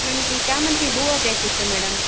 ನಮ್ಗೆ ಈ ಶಾಮಂತಿ ಹೂವು ಬೇಕಿತ್ತು ಮೇಡಮ್